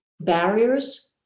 barriers